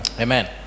Amen